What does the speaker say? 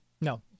No